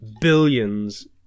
billions